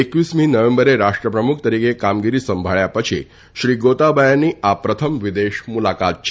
એકવીસમી નવેમ્બરે રાષ્ટ્ર પ્રમુખ તરીકે કામગીરી સંભાળ્યા પછી શ્રી ગોતાબાયાની આ પ્રથમ વિદેશ મુલાકાત છે